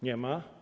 Nie ma.